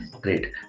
great